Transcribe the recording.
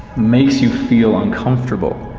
makes you feel uncomfortable